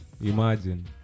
Imagine